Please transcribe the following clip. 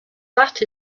that